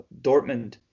Dortmund